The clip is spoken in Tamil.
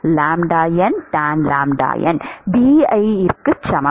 tan Bi க்கு சமம்